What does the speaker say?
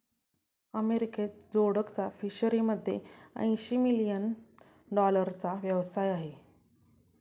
अमेरिकेत जोडकचा फिशरीमध्ये ऐंशी मिलियन डॉलरचा व्यवसाय आहे